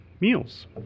meals